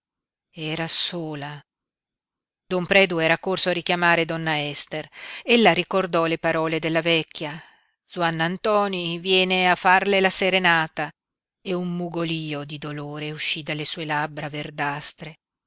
era sola don predu era corso a richiamare donna ester ella ricordò le parole della vecchia zuannantoni viene a farle la serenata e un mugolío di dolore uscí dalle sue labbra verdastre